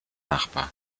nachbar